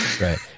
Right